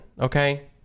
okay